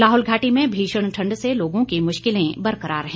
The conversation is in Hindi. लाहौल घाटी में भीषण ठंड से लोगों की मुश्किलें बरकरार हैं